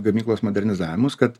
gamyklos modernizavimus kad